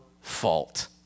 fault